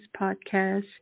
podcast